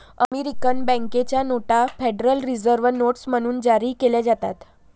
American बँकेच्या नोटा federal reserve notes म्हणून जारी केल्या जातात